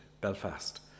Belfast